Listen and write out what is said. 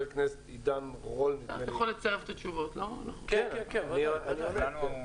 הכנסת עידן רול נדמה לי -- אתה יכול לצרף את התשובות.